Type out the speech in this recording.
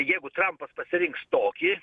jeigu trampas pasirinks tokį